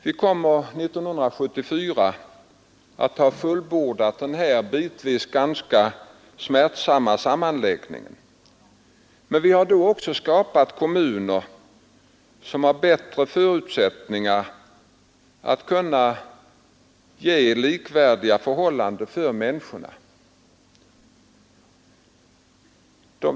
Vi kommer 1974 att ha fullbordat den här bitvis ganska smärtsamma sammanläggningen, men vi har då skapat kommuner med bättre förutsättningar att ge likvärdiga förhållanden för människorna.